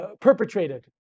perpetrated